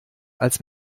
als